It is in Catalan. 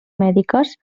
mèdiques